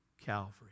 Calvary